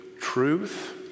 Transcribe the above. truth